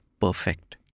perfect